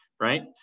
right